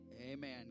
Amen